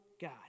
God